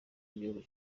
igihugu